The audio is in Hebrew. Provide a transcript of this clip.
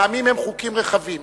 פעמים הם חוקים רחבים.